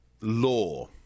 law